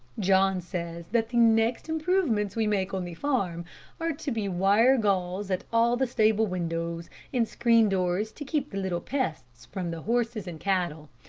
john says that the next improvements we make on the farm are to be wire gauze at all the stable windows and screen doors to keep the little pests from the horses and cattle.